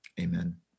Amen